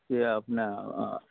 से अपने